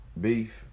beef